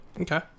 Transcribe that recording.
Okay